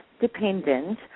dependent